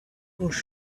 almost